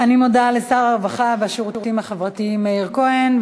אני מודה לשר הרווחה והשירותים החברתיים מאיר כהן.